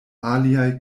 aliaj